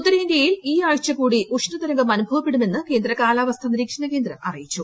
ഉത്തരേന്തൃയിൽ ഈ ആഴ്ച കൂടി ഉഷ്ണ തരംഗം അനുഭവപ്പെടുമെന്ന് കേന്ദ്ര കാലാവസ്ഥാ നിരീക്ഷണ കേന്ദ്രം അറിയിച്ചു